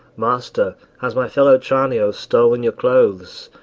master, has my fellow tranio stol'n your clothes?